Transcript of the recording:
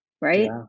Right